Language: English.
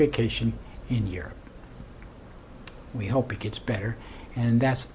vacation in year we hope it gets better and that's